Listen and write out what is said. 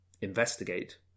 investigate